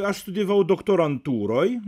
aš studijavau doktorantūroj